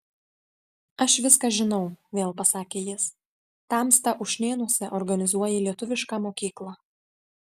aš viską žinau vėl pasakė jis tamsta ušnėnuose organizuoji lietuvišką mokyklą